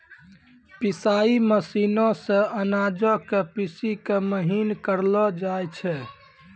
पिसाई मशीनो से अनाजो के पीसि के महीन करलो जाय छै